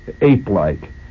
ape-like